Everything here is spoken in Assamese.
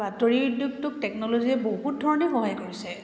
বাতৰি উদ্যোগটোক টেকনলজীয়ে বহুত ধৰণে সহায় কৰিছে